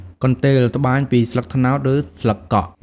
កន្ទេល ត្បាញពីស្លឹកត្នោត ឬស្លឹកកក់។